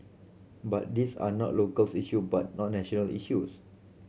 but these are not locals issue but national issues